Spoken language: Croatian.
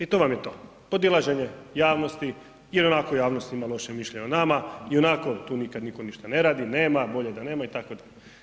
I to vam je to, podilaženje javnosti jel i onako javnost ima loše mišljenje o nama i onako tu nikad niko ništa ne radi, nema, bolje da nema itd.